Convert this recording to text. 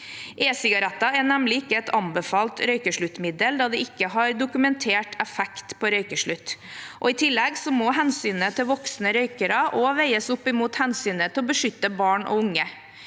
E-sigaretter er nemlig ikke et anbefalt røykesluttmiddel, da de ikke har dokumentert effekt på røykeslutt. I tillegg må hensynet til voksne røykere veies opp mot hensynet til å beskytte barn og unge.